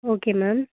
okay ma'am